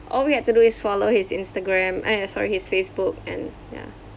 all we had to do is follow his Instagram eh sorry his Facebook and ya